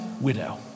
widow